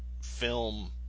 film